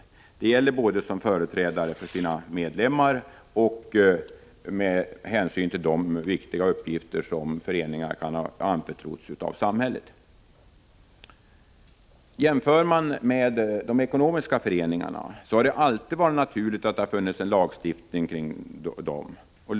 Det gäller föreningarnas funktioner både som företrädare för sina medlemmar och som handhavare av viktiga uppgifter som de anförtrotts av samhället. Jämför man med vad som gäller för ekonomiska föreningar finner man att det alltid betraktats som naturligt att ha en lagstiftning avseende dessa.